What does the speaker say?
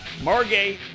Margay